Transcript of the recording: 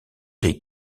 les